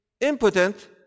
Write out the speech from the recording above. impotent